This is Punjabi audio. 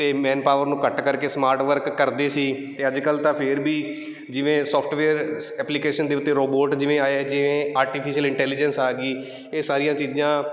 ਅਤੇ ਮੇਨ ਪਾਵਰ ਨੂੰ ਘੱਟ ਕਰਕੇ ਸਮਾਰਟ ਵਰਕ ਕਰਦੇ ਸੀ ਅਤੇ ਅੱਜ ਕੱਲ੍ਹ ਤਾਂ ਫੇਰ ਵੀ ਜਿਵੇਂ ਸੋਫਟਵੇਅਰ ਐਪਲੀਕੇਸ਼ਨ ਦੇ ਉੱਤੇ ਰੋਬੋਟ ਜਿਵੇਂ ਆਏ ਜਿਵੇਂ ਆਰਟੀਫਿਸ਼ਅਲ ਇੰਟੈਲੀਜੈਂਸ ਆ ਗਈ ਇਹ ਸਾਰੀਆਂ ਚੀਜ਼ਾਂ